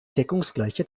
deckungsgleiche